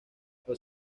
los